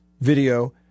video